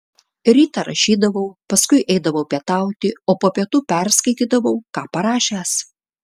rytą rašydavau paskui eidavau pietauti o po pietų perskaitydavau ką parašęs